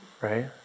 right